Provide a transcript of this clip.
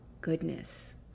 goodness